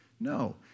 No